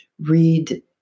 read